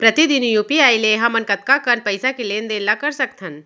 प्रतिदन यू.पी.आई ले हमन कतका कन पइसा के लेन देन ल कर सकथन?